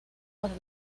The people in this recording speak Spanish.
para